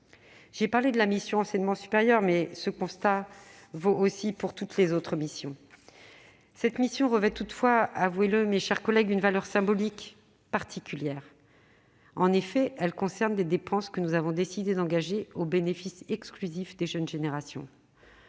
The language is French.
J'ai parlé de la mission « Recherche et enseignement supérieur », mais ce constat vaut aussi pour toutes les autres missions. Cette mission revêt toutefois, reconnaissons-le, mes chers collègues, une valeur symbolique bien particulière, car elle concerne des dépenses que nous avons décidé d'engager au bénéfice exclusif des jeunes générations.